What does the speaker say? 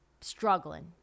struggling